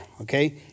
okay